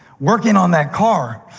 working on that car.